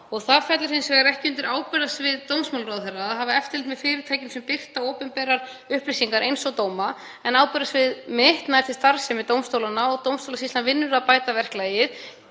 Það fellur hins vegar ekki undir ábyrgðarsvið dómsmálaráðherra að hafa eftirlit með fyrirtækjum sem birta opinberar upplýsingar, eins og dóma, en ábyrgðarsvið mitt nær til starfsemi dómstólanna og dómstólasýslan vinnur við að bæta verklagið